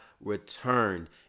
returned